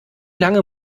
lange